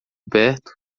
perto